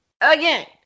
again